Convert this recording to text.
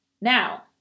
Now